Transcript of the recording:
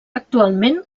actualment